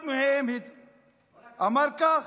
אחד מהם אמר כך: